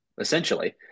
essentially